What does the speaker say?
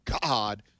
God